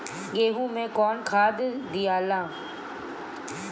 गेहूं मे कौन खाद दियाला?